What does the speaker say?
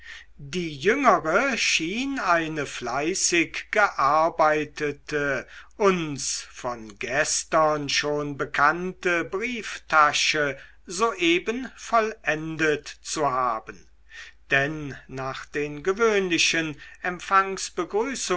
die jüngere schien eine fleißig gearbeitete uns von gestern schon bekannte brieftasche soeben vollendet zu haben denn nach den gewöhnlichen